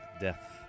Death